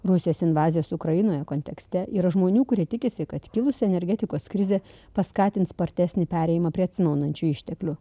rusijos invazijos ukrainoje kontekste yra žmonių kurie tikisi kad kilusi energetikos krizė paskatins spartesnį perėjimą prie atsinaujinančių išteklių